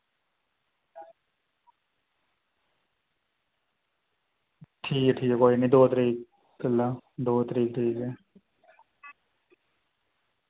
ठीक ऐ ठीक ऐ कोई निं दौ तरीक दौ तरीक ठीक ऐ